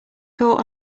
caught